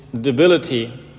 debility